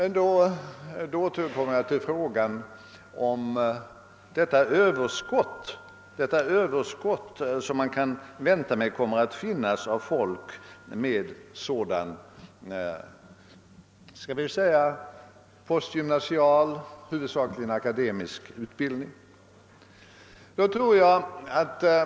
Jag återkommer till frågan om det överskott som man kan vänta av folk med postgymnasial, huvudsakligen akademisk utbildning, inom flertalet områden.